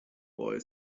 boy